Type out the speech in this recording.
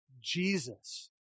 Jesus